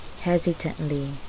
Hesitantly